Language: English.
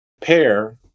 pair